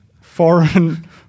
foreign